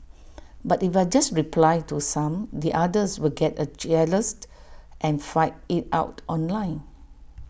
but if I just reply to some the others will get A jealous and fight IT out online